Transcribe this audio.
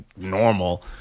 normal